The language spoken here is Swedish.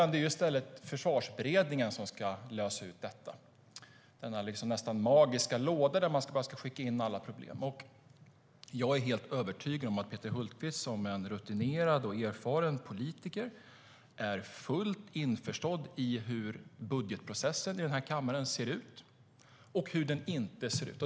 Det är i stället Försvarsberedningen som ska lösa ut detta, denna nästan magiska låda där det bara är att skicka in alla problem. Jag är dock helt övertygad om att Peter Hultqvist som rutinerad och erfaren politiker är fullt införstådd i hur budgetprocessen i den här kammaren ser ut och hur den inte ser ut.